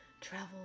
travel